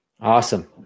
Awesome